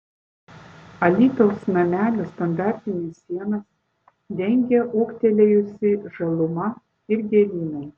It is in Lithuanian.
alytaus namelio standartines sienas dengia ūgtelėjusi žaluma ir gėlynai